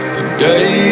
Today